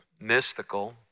mystical